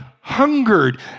hungered